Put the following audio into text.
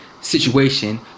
situation